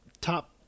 top